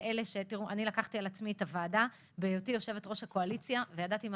לקחתי על עצמי את הוועדה בהיותי יושבת-ראש הקואליציה וידעתי מה